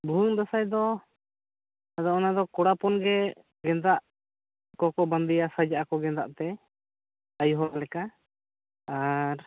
ᱵᱷᱩᱭᱟᱹᱝ ᱫᱟᱸᱥᱟᱭ ᱫᱚ ᱟᱫᱚ ᱚᱱᱟ ᱫᱚ ᱠᱚᱲᱟ ᱦᱚᱯᱚᱱ ᱜᱮ ᱜᱮᱸᱫᱟᱜ ᱠᱚᱠᱚ ᱵᱟᱸᱫᱮᱭᱟ ᱥᱟᱡᱟᱜ ᱟᱠᱚ ᱜᱮᱸᱫᱟᱜ ᱛᱮ ᱟᱭᱳ ᱦᱚᱲ ᱞᱮᱠᱟ ᱟᱨ